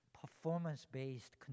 performance-based